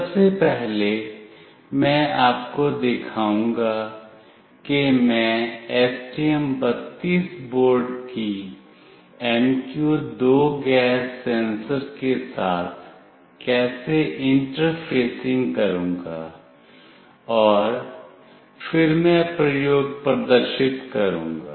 सबसे पहले मैं आपको दिखाऊंगा कि मैं STM32 बोर्ड की MQ2 गैस सेंसर के साथ कैसे इंटरफेसिंग करूंगा और फिर मैं प्रयोग प्रदर्शित करूंगा